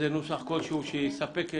לדודי.